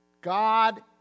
God